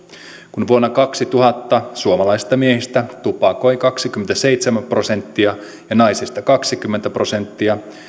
kun vuonna kaksituhatta suomalaisista miehistä tupakoi kaksikymmentäseitsemän prosenttia ja naisista kaksikymmentä prosenttia